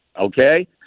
Okay